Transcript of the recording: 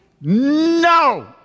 No